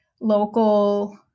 local